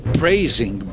praising